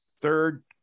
third